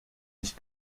ich